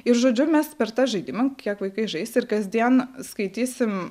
ir žodžiu mes per tą žaidimą kiek vaikai žais ir kasdien skaitysim